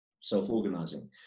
self-organizing